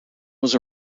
was